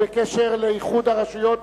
בקשר לאיחוד הרשויות.